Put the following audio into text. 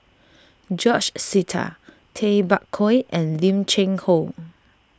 George Sita Tay Bak Koi and Lim Cheng Hoe